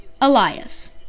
Elias